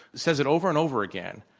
says it over and over again,